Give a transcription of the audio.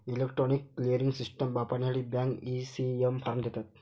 electronic clearing system वापरण्यासाठी bank, ECS form देतात